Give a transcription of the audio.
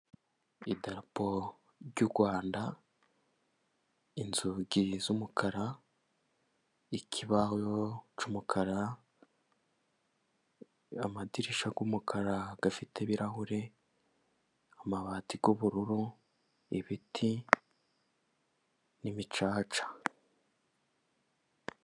Idarapo ry'u Rwanda, inzugi z'umukara, ikibaho cy'umukara, amadirishya y'umukara afite ibirahure, amabati y'ubururu, ibiti n'imicaca.